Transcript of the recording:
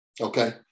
Okay